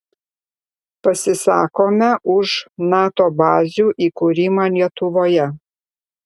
pasisakome už nato bazių įkūrimą lietuvoje